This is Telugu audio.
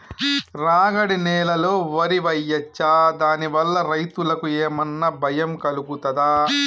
రాగడి నేలలో వరి వేయచ్చా దాని వల్ల రైతులకు ఏమన్నా భయం కలుగుతదా?